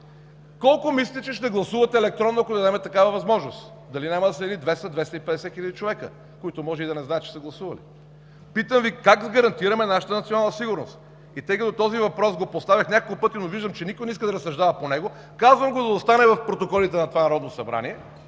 Колко мислите, че ще гласуват електронно, ако им дадем такава възможност?! Дали няма да са 200-250 хил. човека?! Те може и да не знаят, че са гласували. Питам ви: как гарантираме нашата национална сигурност?! Поставях този въпрос няколко пъти, но виждам, че никой не иска да разсъждава по него. Казвам го, за да остане в протоколите на това Народно събрание,